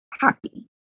happy